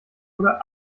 oder